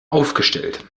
aufgestellt